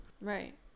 Right